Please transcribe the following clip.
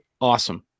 Awesome